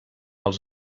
els